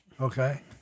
Okay